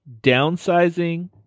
downsizing